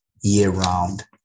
year-round